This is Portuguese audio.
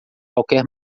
qualquer